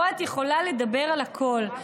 פה את יכולה לדבר על הכול.